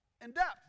in-depth